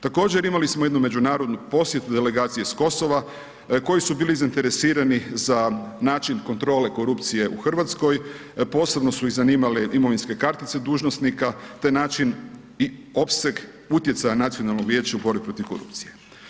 Također imali smo jednu međunarodnu posjetu, delegaciji iz Kosova, koji su bili zainteresirani za način kontrole korupcije u Hrvatskoj, posebno su ih zanimale imovinske kartice dužnosnika, te način i opseg utjecaja Nacionalnog vijeća u borbi protiv korupcije.